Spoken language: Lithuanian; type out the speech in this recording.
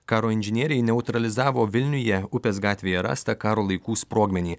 karo inžinieriai neutralizavo vilniuje upės gatvėje rastą karo laikų sprogmenį